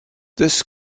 this